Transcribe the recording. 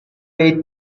you